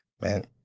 man